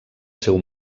seu